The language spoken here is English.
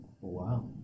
wow